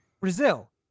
Brazil